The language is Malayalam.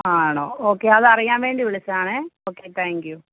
ആ ആണോ ഓക്കെ അത് അറിയാൻ വേണ്ടി വിളിച്ചതാണേ ഓക്കെ താങ്ക്യൂ